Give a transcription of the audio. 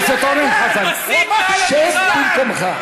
חבר הכנסת אורן חזן, שב במקומך.